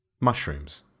Mushrooms